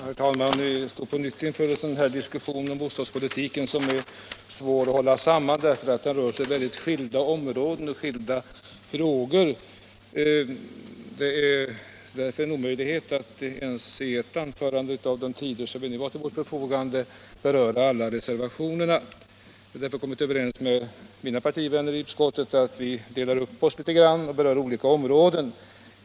Herr talman! Vi står på nytt inför en diskussion om bostadspolitiken som är så svår att hålla samman då den rör så skilda områden och skilda frågor. Det är därför en omöjlighet att i ett anförande under de minuter varje talare nu har till sitt förfogande beröra alla reservationerna. Mina partivänner i utskottet och jag har därför kommit överens om att beröra olika områden.